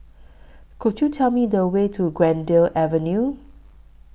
Could YOU Tell Me The Way to Greendale Avenue